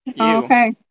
Okay